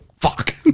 fuck